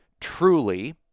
truly